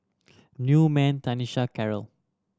Newman Tanisha Karyl